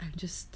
I just